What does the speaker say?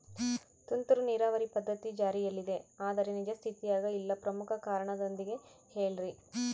ತುಂತುರು ನೇರಾವರಿ ಪದ್ಧತಿ ಜಾರಿಯಲ್ಲಿದೆ ಆದರೆ ನಿಜ ಸ್ಥಿತಿಯಾಗ ಇಲ್ಲ ಪ್ರಮುಖ ಕಾರಣದೊಂದಿಗೆ ಹೇಳ್ರಿ?